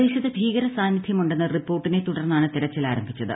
പ്രദേശത്ത് ഭീകര സാന്നിധ്യമുണ്ടെന്ന റിപ്പോർട്ടിനെ തുടർന്നാണ് തെരച്ചിൽ ആരംഭിച്ചത്